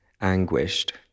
Anguished